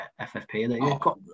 FFP